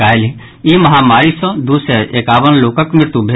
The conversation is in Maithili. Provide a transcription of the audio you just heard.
काल्हि ई महामारी सँ दू सय एकावन लोकक मृत्यु भेल